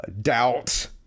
doubt